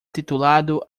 titulado